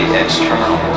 external